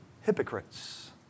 hypocrites